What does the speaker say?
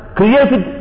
created